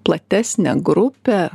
platesnę grupę